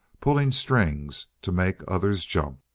pulling strings to make others jump.